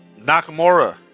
Nakamura